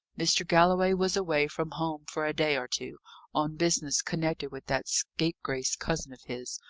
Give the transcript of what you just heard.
mr. galloway was away from home for a day or two on business connected with that scapegrace cousin of his,